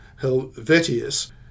Helvetius